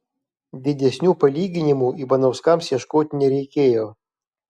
didesnių palyginimų ivanauskams ieškoti nereikėjo